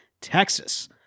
Texas